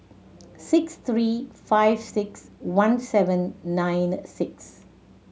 six three five six one seven nine six